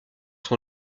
son